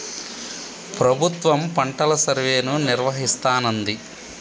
ప్రభుత్వం పంటల సర్వేను నిర్వహిస్తానంది